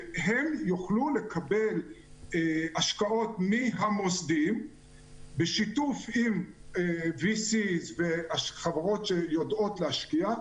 שהן יוכלו לקבל השקעות מהמוסדיים בשיתוף עם V.C וחברות שיודעות להשקיע,